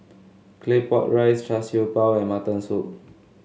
Claypot Rice Char Siew Bao and Mutton Soup